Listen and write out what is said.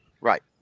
Right